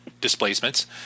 displacements